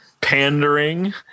pandering